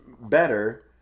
better